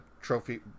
trophy